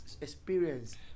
experience